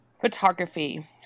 Photography